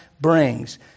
brings